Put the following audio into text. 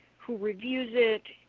who reviews it,